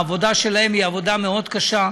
העבודה שלהם היא עבודה מאוד קשה,